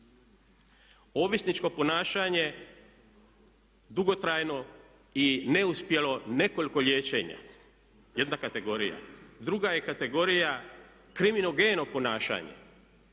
Ovisničko ponašanje, dugotrajno i neuspjelo nekoliko liječenja jedna kategorija. Druga je kategorija kriminigeno ponašanje.